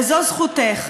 וזו זכותך,